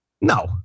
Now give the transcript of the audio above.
no